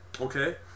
Okay